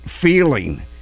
feeling